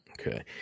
Okay